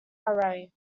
array